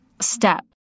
step